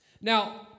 Now